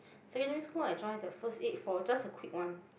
secondary school I join the first eight for just a quick one